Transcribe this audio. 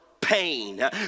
Pain